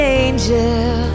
angel